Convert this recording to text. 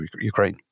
Ukraine